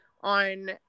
on